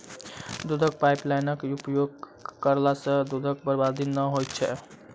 दूधक पाइपलाइनक उपयोग करला सॅ दूधक बर्बादी नै होइत छै